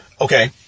Okay